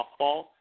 softball